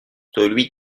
celui